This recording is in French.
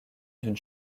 d’une